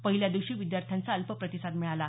पहिल्या दिवशी विद्यार्थ्यांचा अल्प प्रतिसाद मिळाला